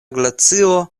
glacio